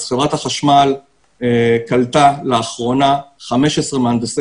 חברת החשמל קלטה לאחרונה 15 מהנדסי